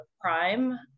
prime